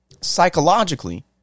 psychologically